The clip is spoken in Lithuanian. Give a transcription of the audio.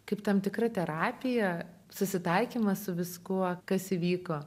kaip tam tikra terapija susitaikymas su viskuo kas įvyko